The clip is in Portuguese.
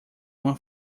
uma